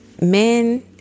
Men